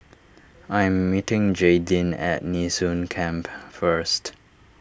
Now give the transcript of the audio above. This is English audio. I am meeting Jaydin at Nee Soon Camp first